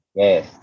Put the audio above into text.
yes